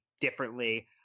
differently